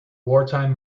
wartime